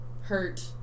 hurt